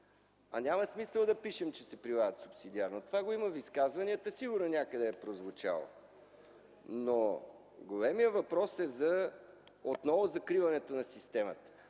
а няма смисъл да пишем, че се прилагат субсидиарно. Това го има в изказванията, сигурно някъде е прозвучало. Големият въпрос е отново за закриването на системата.